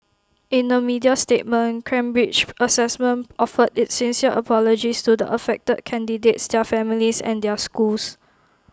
in A media statement Cambridge Assessment offered its sincere apologies to the affected candidates their families and their schools